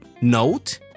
note